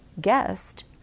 guest